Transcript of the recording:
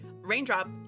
Raindrop